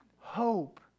hope